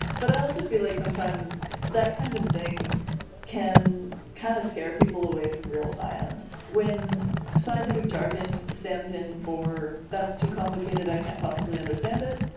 but i also feel like sometimes that that kind of thing can kind of scare people away from real science. when scientific jargon stands in for that's too complicated, i can't possibly understand it,